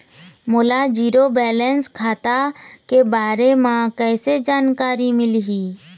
मोला zero balance खाता के बारे म कैसे जानकारी मिलही?